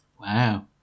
Wow